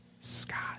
Scott